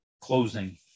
closing